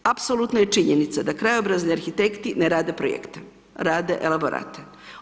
Apsolutno je činjenica da krajobrazni arhitekti ne rade projekte, rade elaborate.